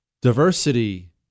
Diversity